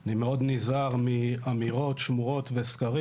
אני מאוד נזהר מאמירות שמועות וסקרים